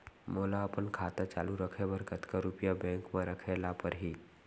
मोला अपन खाता चालू रखे बर कतका रुपिया बैंक म रखे ला परही?